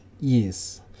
yes